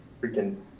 freaking